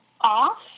off